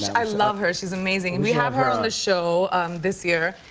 i love her, she's amazing. and we have her on the show this year.